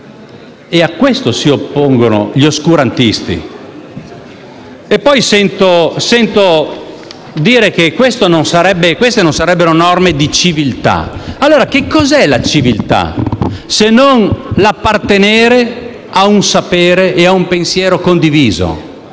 A questo si oppongono gli oscurantisti. Inoltre, sento sire che queste non sarebbero norme di civiltà. Cosa è allora la civiltà se non l'appartenere a un sapere e a un pensiero condiviso?